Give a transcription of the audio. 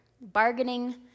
bargaining